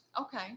Okay